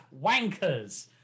wankers